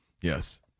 Yes